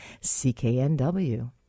CKNW